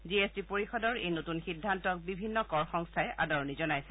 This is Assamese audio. জি এছ টি পৰিষদৰ এই নতুন সিদ্ধান্তক বিভিন্ন কৰ সংস্থাই আদৰণি জনাইছে